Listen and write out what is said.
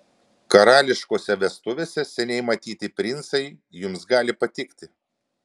karališkose vestuvėse seniai matyti princai jums gali patikti